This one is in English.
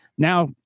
Now